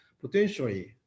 potentially